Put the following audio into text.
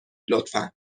لطفا